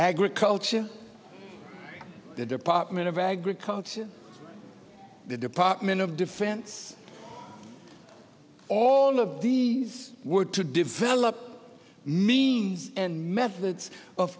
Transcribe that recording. agriculture the department of agriculture the department of defense all of these were to develop means and methods of